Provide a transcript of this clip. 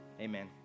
amen